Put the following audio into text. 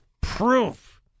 proof